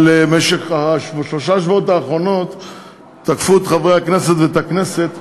אבל בשלושת השבועות האחרונים תקפו את חברי הכנסת ואת הכנסת,